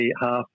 half